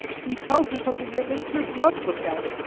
he tells her something that makes her blood look out